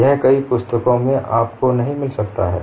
यह कई पुस्तकों में आपको नहीं मिल सकता है